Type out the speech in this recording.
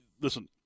listen